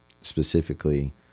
specifically